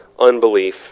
unbelief